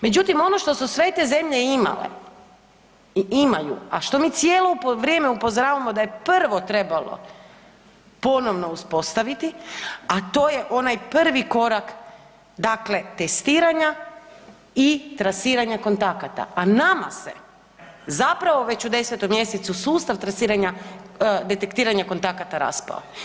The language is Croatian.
Međutim, ono što su sve te zemlje imale i imaju, a što mi cijelo vrijeme upozoravamo da je prvo trebalo ponovno uspostaviti, a to je onaj prvi korak dakle testiranja i trasiranja kontakata, a nama se zapravo već u 10. mjesecu sustav detektiranja kontakata raspao.